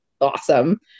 awesome